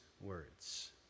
words